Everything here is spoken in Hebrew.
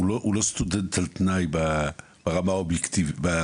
הוא לא סטודנט על תנאי ברמה האובייקטיבית.